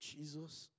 Jesus